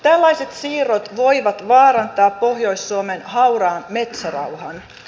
tällaiset siirrot voivat vaarantaa pohjois suomen hauraan metsärauhan